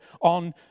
on